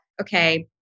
okay